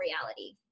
reality